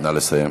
נא לסיים.